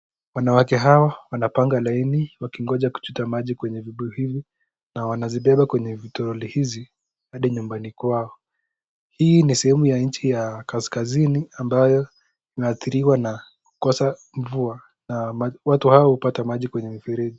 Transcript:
Wanawake hawa wanapanga laini, wakingoja kuchota maji kwenye vibuyu hivi na wanazibeba kwenye vitoroli hizi hadi nyumbani kwao. Hii ni sehemu ya nchi ya kaskazini ambayo imeathiriwa na kukosa mvua, watu hawa upata maji kwenye mfereji.